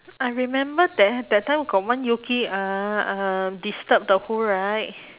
I remember there that time got one yuki uh um disturb the who right